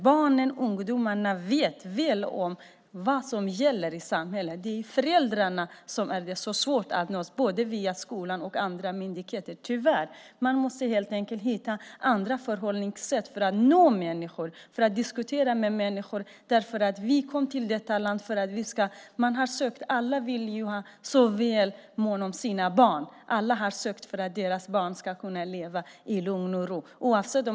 Barnen och ungdomarna vet vad som gäller i samhället. Det är föräldrarna som både skola och myndigheter har så svårt att nå - tyvärr. Man måste helt enkelt hitta andra förhållningssätt för att nå människor och diskutera med dem. De som har kommit till det här landet är som alla andra måna om sina barn. Alla har sökt sig hit för att deras barn ska kunna leva i lugn och ro.